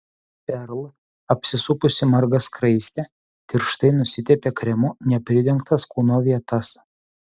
perl apsisupusi marga skraiste tirštai nusitepė kremu nepridengtas kūno vietas